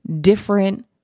different